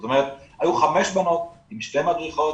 זאת אומרת היו חמש בנות עם שתי מדריכות,